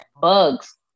Bugs